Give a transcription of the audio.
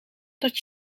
dat